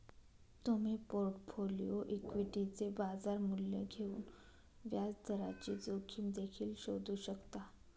तुम्ही पोर्टफोलिओ इक्विटीचे बाजार मूल्य घेऊन व्याजदराची जोखीम देखील शोधू शकता